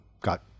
got